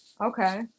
Okay